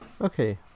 Okay